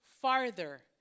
farther